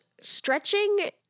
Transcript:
stretching